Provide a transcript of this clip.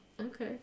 Okay